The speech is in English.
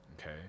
okay